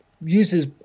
uses